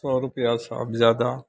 सए रुपैआसँ आब जादा